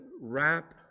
wrap